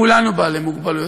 כולנו בעלי מוגבלות.